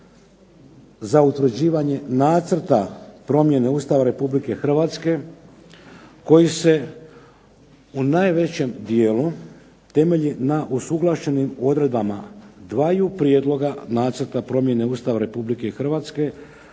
za utvrđivanje Nacrta promjene Ustava Republike Hrvatske koji se u najvećem dijelu temelju na usuglašenim odredbama dvaju prijedloga Nacrta promjene Ustava Republike Hrvatske